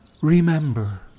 remember